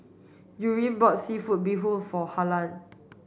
Yurem bought seafood bee hoon for Harlan